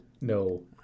no